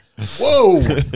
Whoa